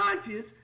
conscious